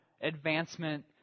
advancement